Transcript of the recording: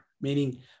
meaning